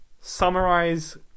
summarize